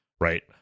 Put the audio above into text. right